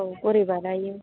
औ बोरै बानायो